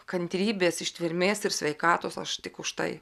kantrybės ištvermės ir sveikatos aš tik už tai